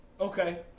Okay